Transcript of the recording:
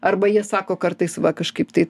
arba jie sako kartais va kažkaip tai